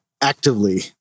Actively